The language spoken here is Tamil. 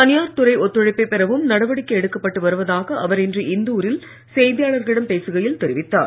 தனியார் துறை ஒத்துழைப்பை பெறவும் நடவடிக்கை எடுக்கப்பட்டு வருவதாக அவர் இன்று இந்தூரில் செய்தியாளர்களிடம் பேசுகையில் தெரிவித்தார்